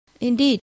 indeed